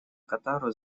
катару